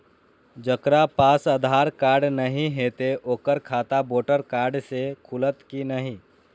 जकरा पास आधार कार्ड नहीं हेते ओकर खाता वोटर कार्ड से खुलत कि नहीं?